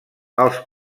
els